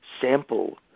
sample